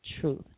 truth